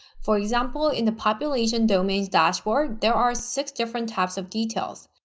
for example in the population domains dashboard there are six different types of details